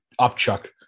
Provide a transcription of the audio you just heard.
upchuck